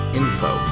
info